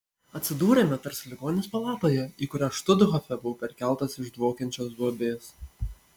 atsidūrėme tarsi ligoninės palatoje į kurią štuthofe buvau perkeltas iš dvokiančios duobės